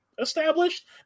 established